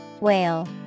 Whale